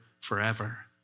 forever